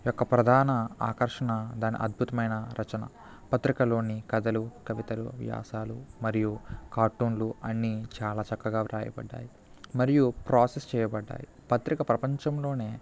ఈ యొక్క ప్రధాన ఆకర్షణ దాని అద్భుతమైన రచన పత్రికలోని కథలు కవితలు వ్యాసాలు మరియు కార్టూన్లు అన్ని చాలా చక్కగా వ్రాయబడ్డాయి మరియు ప్రాసెస్ చేయబడ్డాయి పత్రిక ప్రపంచంలోనే